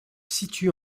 situe